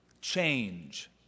change